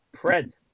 Fred